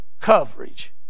coverage